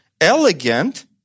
elegant